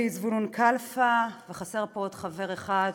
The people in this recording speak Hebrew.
הכלכלה, וזה יעבור לוועדת הכלכלה.